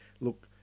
Look